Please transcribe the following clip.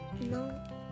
No